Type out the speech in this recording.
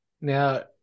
Now